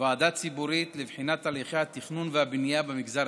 ועדה ציבורית לבחינת הליכי התכנון והבנייה במגזר